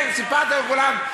כן, סיפרת לכולם.